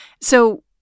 So-